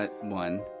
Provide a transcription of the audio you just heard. one